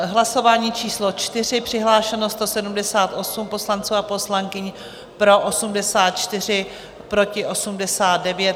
Hlasování číslo 4, přihlášeno 178 poslanců a poslankyň, pro 84, proti 89.